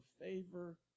favor